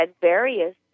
various